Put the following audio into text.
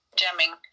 jamming